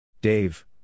Dave